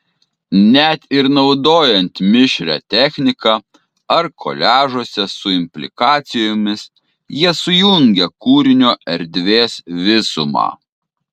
net ir naudojant mišrią techniką ar koliažuose su implikacijomis jie sujungia kūrinio erdvės visumą